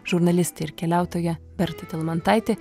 žurnalistė ir keliautoja berta talmantaitė